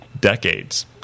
decades